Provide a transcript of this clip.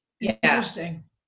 Interesting